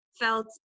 felt